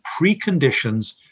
preconditions